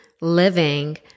living